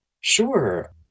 Sure